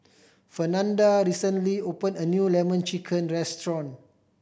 Fernanda recently open a new Lemon Chicken restaurant